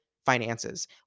Finances